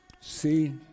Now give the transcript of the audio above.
See